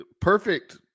perfect